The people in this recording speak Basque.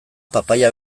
papaia